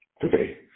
Today